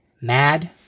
Mad